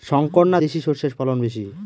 শংকর না দেশি সরষের ফলন বেশী?